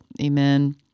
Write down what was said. Amen